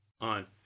on